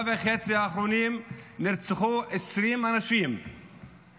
נרצחו 20 אנשים